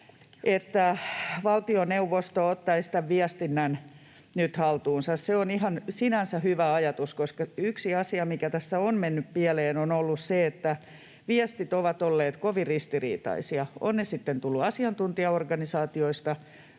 että valtioneuvosto ottaisi tämän viestinnän nyt haltuunsa. Se on sinänsä ihan hyvä ajatus, koska yksi asia, mikä tässä on mennyt pieleen, on ollut se, että viestit ovat olleet kovin ristiriitaisia, ovat ne sitten tulleet asiantuntijaorganisaatioista